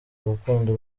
urukundo